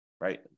right